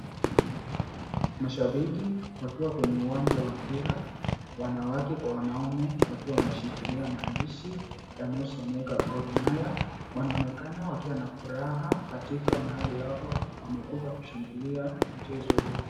Mashabiki wakiwa kwenye uwanja wa mpira, wanawake kwa wanaume, wakiwa wameshikilia maandishi yanayosomeka Gor Mahia. Wanaonekana wakiwa na furaha katika mahali hapa. Wamekuja kushangilia mchezo huu.